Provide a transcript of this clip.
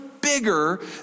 Bigger